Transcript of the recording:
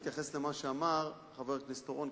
להתייחס למה שאמר חבר הכנסת אורון,